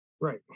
Right